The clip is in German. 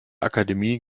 akademie